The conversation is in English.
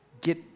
get